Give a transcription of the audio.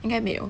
应该没有